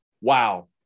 Wow